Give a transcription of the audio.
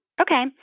Okay